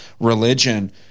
religion